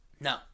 No